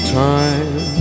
time